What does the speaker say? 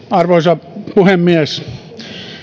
arvoisa puhemies